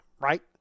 right